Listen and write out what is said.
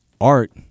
art